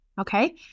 Okay